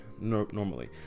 normally